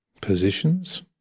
positions